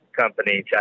company